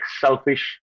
selfish